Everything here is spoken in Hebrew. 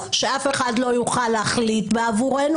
שאף אחד לא יוכל להחליט עבורנו,